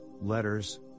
letters